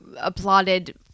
applauded